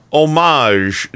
homage